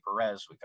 Perez